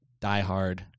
diehard